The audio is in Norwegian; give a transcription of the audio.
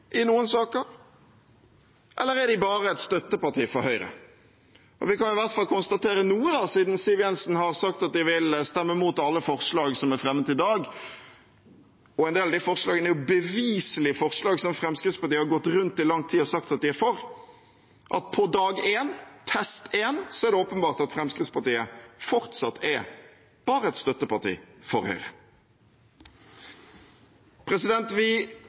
i noen saker? Eller er de bare et støtteparti for Høyre? Vi kan i hvert fall konstatere noe, siden Siv Jensen har sagt at de vil stemme imot alle forslag som blir fremmet i dag – og en del av de forslagene er jo beviselig forslag som Fremskrittspartiet i lang tid har gått rundt og sagt at de er for – at på dag én, test én, er det åpenbart at Fremskrittspartiet fortsatt bare er et støtteparti for Høyre. Vi